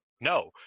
no